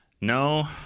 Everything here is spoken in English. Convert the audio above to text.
No